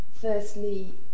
Firstly